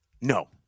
No